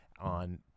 on